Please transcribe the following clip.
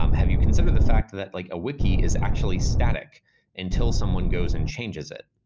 um have you consider the fact that that like a wiki is actually static until someone goes and changes it?